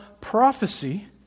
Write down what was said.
prophecy